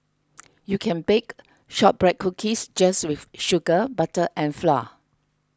you can bake Shortbread Cookies just with sugar butter and flour